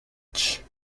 much